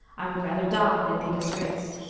i would rather die than be disgraced.